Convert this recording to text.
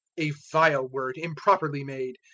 a vile word, improperly made.